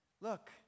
Look